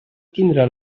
tindrà